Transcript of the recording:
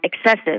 excessive